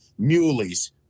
Muleys